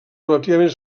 relativament